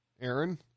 Aaron